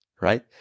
right